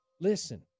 Listen